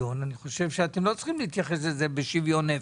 לא צריכים להתייחס לזה בשוויון נפש.